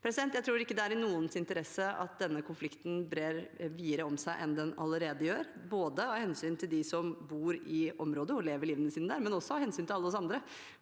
Jeg tror ikke det er i noens interesse at denne konflikten brer videre om seg, mer enn den allerede gjør, både av hensyn til dem som bor i området og lever livet sitt der, og av hensyn til alle oss andre,